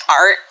art